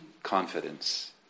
Confidence